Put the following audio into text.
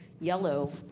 Yellow